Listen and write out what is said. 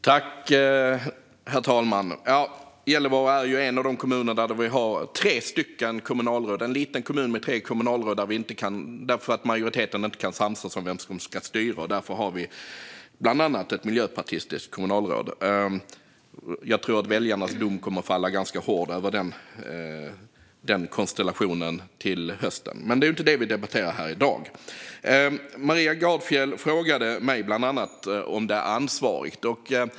Herr talman! Gällivare är en av de kommuner där vi har tre kommunalråd. Det är en liten kommun med tre kommunalråd. Majoriteten kan inte samsas om vem som ska styra. Därför har vi bland annat ett miljöpartistiskt kommunalråd. Jag tror att väljarnas dom kommer att bli ganska hård över den konstellationen till hösten, men det är inte det vi debatterar här i dag. Maria Gardfjell frågade mig bland annat om det är ansvarigt.